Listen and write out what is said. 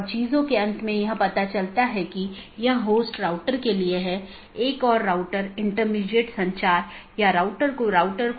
क्योंकि जब यह BGP राउटर से गुजरता है तो यह जानना आवश्यक है कि गंतव्य कहां है जो NLRI प्रारूप में है